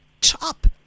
Top